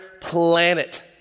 planet